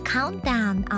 Countdown